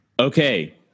Okay